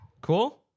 Cool